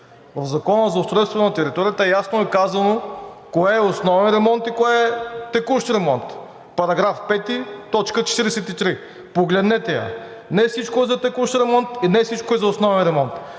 В Закона за устройството на територията ясно е казано кое е основен ремонт и кое е текущ ремонт –§ 5, т. 43. Погледнете я, защото не всичко е за текущ ремонт и не всичко е за основен ремонт.